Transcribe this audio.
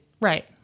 Right